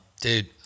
dude